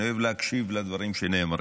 אני אוהב להקשיב לדברים שנאמרים.